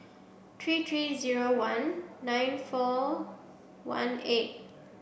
three three zero one nine four one eight